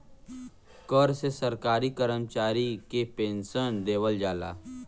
कर से सरकारी करमचारी के पेन्सन देवल जाला